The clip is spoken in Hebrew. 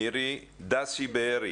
דסי בארי